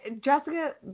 jessica